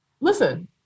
listen